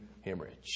hemorrhage